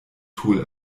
tool